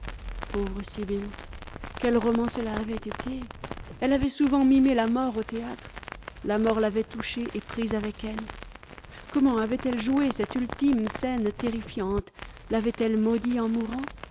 pauvre sibyl quel roman cela avait été elle avait souvent mimé la mort au théâtre la mort l'avait touchée et prise avec elle gomment avait-elle joué cette ultime scène terrifiante l'avait-elle maudit en mourant